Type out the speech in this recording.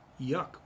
yuck